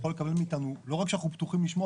לא רק שאנחנו פתוחים לשמוע,